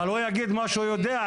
אבל הוא יגיד מה שהוא יודע,